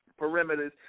perimeters